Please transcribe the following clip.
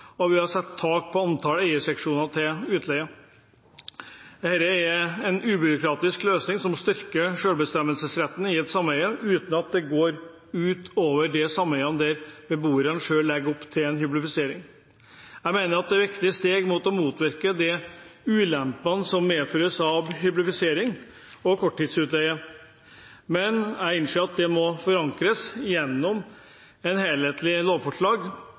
og sette tak på antall eierseksjoner til utleie. Dette er en ubyråkratisk løsning som styrker selvbestemmelsesretten i et sameie, uten at det går ut over de sameiene hvor beboerne selv legger opp til en hyblifisering. Jeg mener at dette er viktige steg for å motvirke de ulempene som hyblifisering og korttidsutleie medfører, men jeg innser at det må forankres gjennom et helhetlig lovforslag